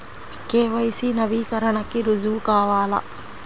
KYC నవీకరణకి రుజువు కావాలా?